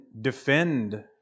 defend